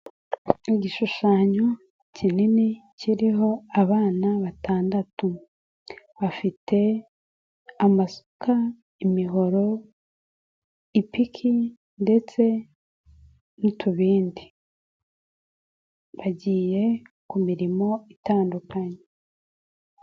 Igishushanyo kinini kiriho abana batandatu. Bafite amasuka, imihoro, ipiki ndetse n'utubindi. Bagiye ku mirimo itandukanye.